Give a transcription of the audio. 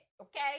okay